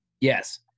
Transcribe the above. yes